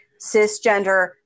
cisgender